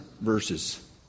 verses